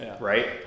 right